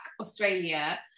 Australia